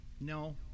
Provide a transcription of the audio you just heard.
no